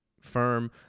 firm